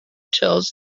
tells